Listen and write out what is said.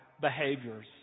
behaviors